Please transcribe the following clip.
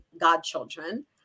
godchildren